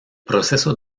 proceso